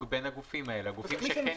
בין הגופים האלה הגופים שכן נכללים.